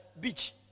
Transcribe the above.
beach